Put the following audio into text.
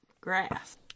grass